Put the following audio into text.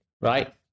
Right